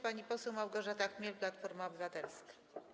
Pani poseł Małgorzata Chmiel, Platforma Obywatelska.